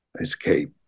escape